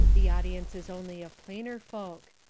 the audience is only of plainer folk.